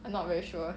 I not very sure